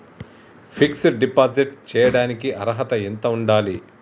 Fix డ్ deposit చేయటానికి అర్హత ఎంత ఉండాలి?